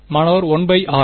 மாணவர் 1 r